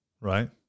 right